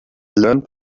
learned